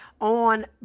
on